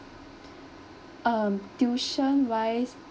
um tuition wise